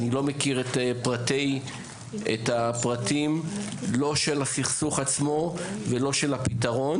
אני לא מכיר את הפרטים לא של הסכסוך עצמו ולא של הפתרון